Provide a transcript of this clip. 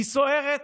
היא סוערת.